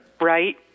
Right